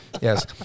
Yes